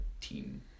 team